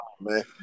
man